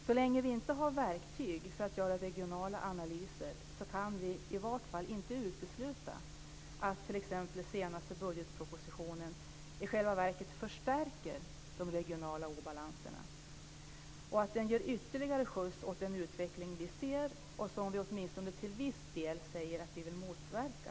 Så länge vi inte har verktyg för att göra regionala analyser kan vi i vart fall inte utesluta att t.ex. den senaste budgetpropositionen i själva verket förstärker de regionala obalanserna och att den ger ytterligare skjuts åt den utveckling som vi ser och som vi åtminstone till viss del säger att vi vill motverka.